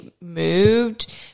moved